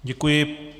Děkuji.